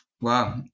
wow